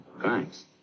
thanks